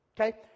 okay